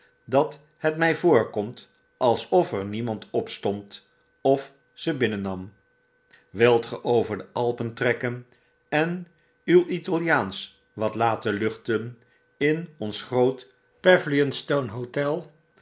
dat het my voorkomt alsof er niemand opstond of ze binnen nam wilt ge over de alpen trekken en uw italiaansch wat laten luchten in ons groot